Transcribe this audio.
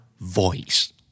voice